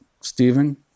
Stephen